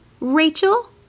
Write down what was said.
Rachel